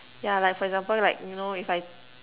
yeah like for example like you know if I